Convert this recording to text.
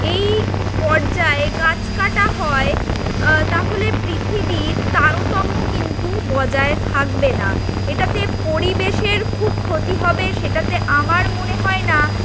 এই পর্যায় গাছ কাটা হয় তাহলে পৃথিবীর তারতম্য কিন্তু বজায় থাকবে না এটাতে পরিবেশের খুব ক্ষতি হবে সেটাতে আমার মনে হয় না